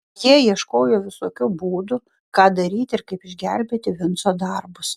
jie ieškojo visokių būdų ką daryti ir kaip išgelbėti vinco darbus